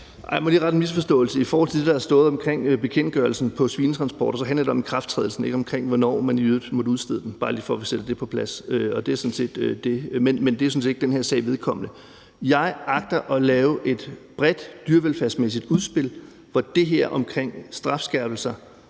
lige rette en misforståelse i forhold til det, der har stået omkring bekendtgørelsen i forhold til svinetransporter. Det handler om ikrafttrædelsen, ikke om, hvornår man i øvrigt måtte udstede den. Det er bare for lige at få sat det på plads. Det er sådan set det. Men det er sådan set ikke den her sag vedkommende. Jeg agter at lave et bredt dyrevelfærdsmæssigt udspil, hvor det her omkring strafskærpelser